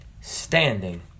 standing